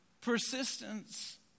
Persistence